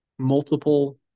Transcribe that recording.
multiple